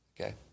okay